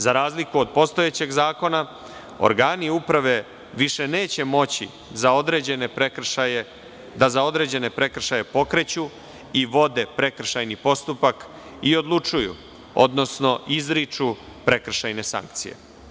Za razliku od postojećeg zakona, organi uprave više neće moći za određene prekršaje da pokreću i vode prekršajni postupak i odlučuju, odnosno izriču prekršajne sankcije.